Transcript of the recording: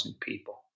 people